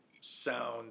sound